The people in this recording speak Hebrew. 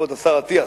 כבוד השר אטיאס,